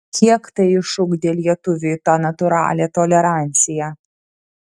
kiek tai išugdė lietuviui tą natūralią toleranciją